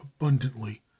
abundantly